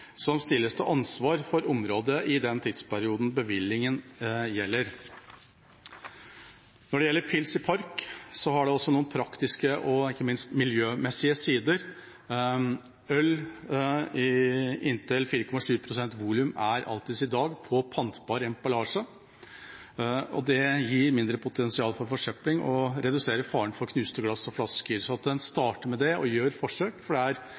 som stilles til ansvar for området i den tidsperioden bevillingen gjelder. Når det gjelder pils i park, har det også noen praktiske og ikke minst miljømessige sider. Øl inntil 4,7 pst. volum er i dag på pantbar emballasje. Det gir mindre potensial for forsøpling og reduserer faren for knuste glass og flasker. Så man bør starte med det og gjøre forsøk, for